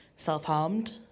Self-harmed